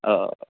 औ